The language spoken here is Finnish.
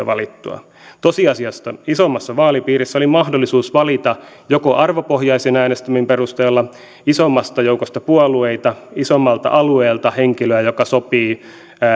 valittua tosiasiassa isommassa vaalipiirissä oli mahdollisuus valita joko arvopohjaisen äänestämisen perusteella isommasta joukosta puolueita isommalta alueelta henkilöä joka sopii